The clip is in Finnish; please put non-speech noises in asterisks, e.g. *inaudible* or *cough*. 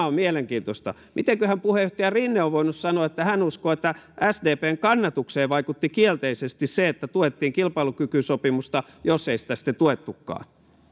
*unintelligible* on mielenkiintoista mitenköhän puheenjohtaja rinne on voinut sanoa että hän uskoo että sdpn kannatukseen vaikutti kielteisesti se että tuettiin kilpailukykysopimusta jos ei sitä sitten tuettukaan